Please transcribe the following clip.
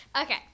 Okay